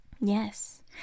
Yes